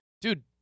dude